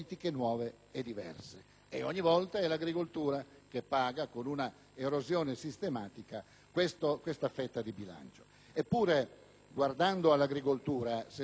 Ed ogni volta è l'agricoltura che paga con un'erosione sistematica di questa fetta di bilancio. Eppure, guardando all'agricoltura senza fare pura demagogia,